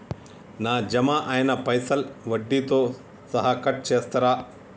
నా జమ అయినా పైసల్ వడ్డీతో సహా కట్ చేస్తరా?